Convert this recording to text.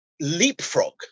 leapfrog